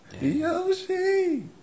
Yoshi